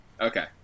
Okay